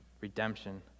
Redemption